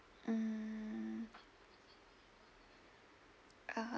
mm